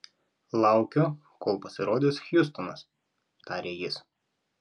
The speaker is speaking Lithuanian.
laukiu kol pasirodys hjustonas tarė jis